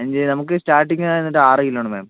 അഞ്ച് നമുക്ക് സ്റ്റാർട്ടിങ്ങ് വന്നിട്ട് ആറു കിലോ ആണ് മാം